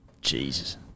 Jesus